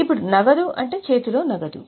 ఇప్పుడు నగదు అంటే చేతిలో నగదు